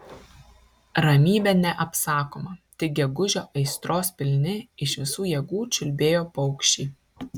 ramybė neapsakoma tik gegužio aistros pilni iš visų jėgų čiulbėjo paukščiai